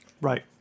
Right